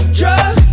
drugs